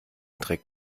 dreck